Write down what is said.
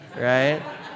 Right